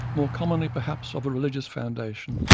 more commonly perhaps of a religious foundation,